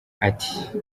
ati